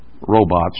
robots